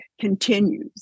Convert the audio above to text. continues